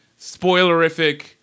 spoilerific